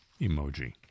emoji